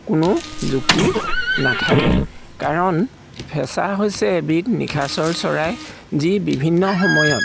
কোনো যুক্তি নাথাকে কাৰণ ফেঁচা হৈছে এবিধ নিশাচৰ চৰাই যি বিভিন্ন সময়ত